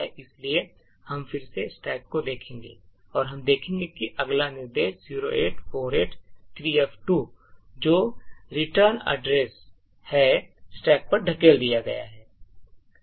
इसलिए हम फिर से stack को देखेंगे और हम देखेंगे कि अगला निर्देश 08483f2 जो रिटर्न एड्रेस है स्टैक पर धकेल दिया गया है